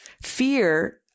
fear